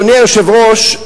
אדוני היושב-ראש,